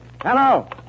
Hello